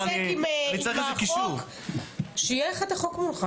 אם אתה רוצה להתעסק עם החוק - שיהיה לך את החוק מולך.